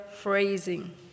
phrasing